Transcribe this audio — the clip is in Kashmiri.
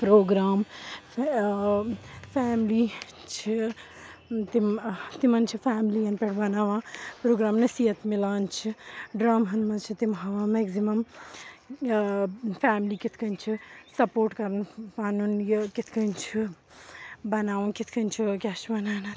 پرٛوگرام فیملی چھِ تِم تِمَن چھِ فیملیَن پٮ۪ٹھ بَناوان پرٛوگرام نصیٖحتھ میلان چھِ ڈَرٛامہَن منٛز چھِ تِم ہاوان میکزِمَم فیملی کِتھٕ کٔنۍ چھِ سَپوٹ کَرُن پَنُن یہِ کِتھٕ کٔنۍ چھِ بَناوُن کِتھٕ کٔنۍ چھِ کیٛاہ چھِ وَنان اَتھ